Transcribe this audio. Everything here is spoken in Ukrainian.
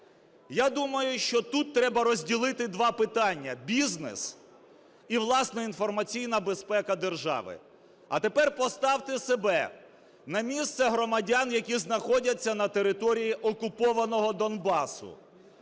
Я думаю, що тут треба розділити два питання: бізнес і, власне, інформаційна безпека держави. А тепер поставте себе на місце громадян, які знаходяться на території окупованого Донбасу